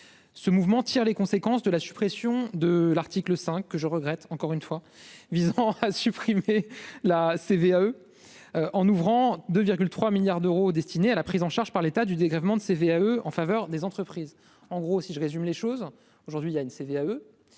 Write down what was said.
ce mouvement tire les conséquences de la suppression de l'article 5 que je regrette encore une fois, visant à supprimer la CVAE en ouvrant 2 3 milliards d'euros destinés à la prise en charge par l'État du dégrèvement de CVAE en faveur des entreprises en gros si je résume les choses aujourd'hui, il y a une CVAE